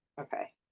okay